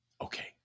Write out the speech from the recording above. Okay